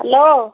hello